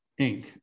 Inc